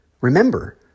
Remember